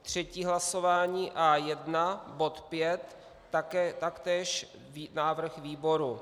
Třetí hlasování A1, bod 5, taktéž návrh výboru.